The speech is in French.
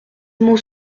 mots